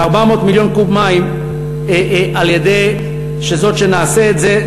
ו-400 מיליון קוב מים שיהיו אם נעשה את זה,